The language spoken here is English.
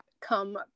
come